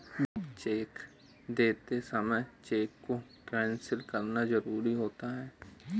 blank cheque देते समय cheque को कैंसिल करना जरुरी होता है